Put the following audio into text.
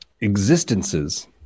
existences